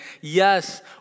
Yes